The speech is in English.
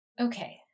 okay